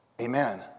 Amen